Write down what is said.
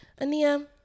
Ania